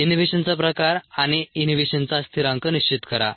इनहिबिशनचा प्रकार आणि इनहिबिशनचा स्थिरांक निश्चित करा